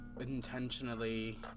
intentionally